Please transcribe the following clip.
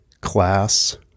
class